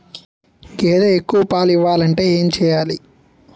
గేదె ఎక్కువ పాలు ఇవ్వాలంటే ఏంటి చెయాలి?